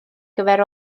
gyfer